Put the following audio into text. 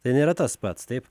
tai nėra tas pats taip